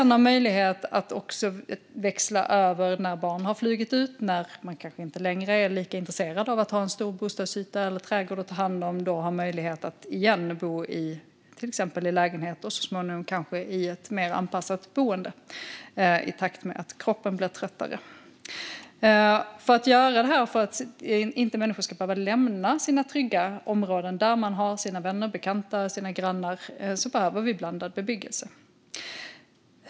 När barnen har flugit ut och man kanske inte längre är intresserad av stor bostadsyta och trädgård kan man växla tillbaka till lägenhet och sedan så småningom till ett anpassat boende i takt med att kroppen blir tröttare. För att människor inte ska behöva lämna sina trygga områden där de har sina vänner, bekanta och grannar behöver vi blandad bebyggelse.